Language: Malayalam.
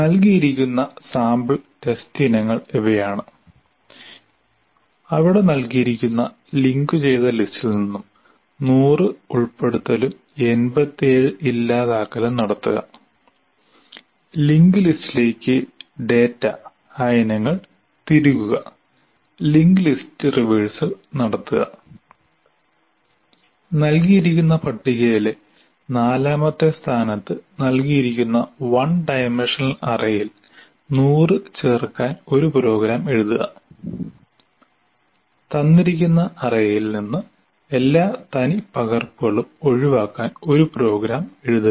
നൽകിയിരിക്കുന്ന സാമ്പിൾ ടെസ്റ്റ് ഇനങ്ങൾ ഇവയാണ് • അവിടെ നൽകിയിരിക്കുന്ന ലിങ്കുചെയ്ത ലിസ്റ്റിൽ നിന്ന് '100' ഉൾപ്പെടുത്തലും '87' ഇല്ലാതാക്കലും നടത്തുക • ലിങ്ക് ലിസ്റ്റിലേക്ക് ഡാറ്റ ആ ഇനങ്ങൾ തിരുകുക ലിങ്ക് ലിസ്റ്റ് റിവേഴ്സല് നടത്തുക • നൽകിയിരിക്കുന്ന പട്ടികയിലെ നാലാമത്തെ സ്ഥാനത്ത് നൽകിയിരിക്കുന്ന വൺ ഡൈമൻഷണൽ അറേയിൽ '100' ചേർക്കാൻ ഒരു പ്രോഗ്രാം എഴുതുക • തന്നിരിക്കുന്ന അറേയിൽ നിന്ന് എല്ലാ തനിപ്പകർപ്പുകളും ഒഴിവാക്കാൻ ഒരു പ്രോഗ്രാം എഴുതുക